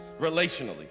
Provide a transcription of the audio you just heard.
Relationally